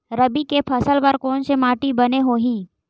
रबी के फसल बर कोन से माटी बने होही?